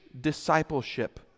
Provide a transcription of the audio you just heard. discipleship